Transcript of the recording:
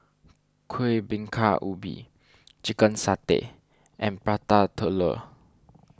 Kuih Bingka Ubi Chicken Satay and Prata Telur